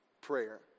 prayer